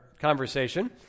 conversation